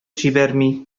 җибәрми